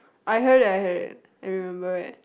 I heard it I heard it I remember it